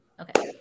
Okay